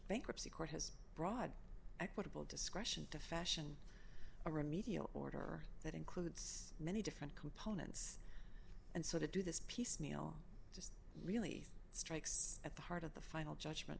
bankruptcy court has broad equitable discretion to fashion a remedial order that includes many different components and so to do this piecemeal just really strikes at the heart of the final judgment